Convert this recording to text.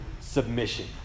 submission